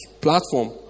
platform